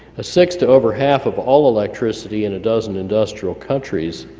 a sixth to over half of all electricity in a dozen industrial countries.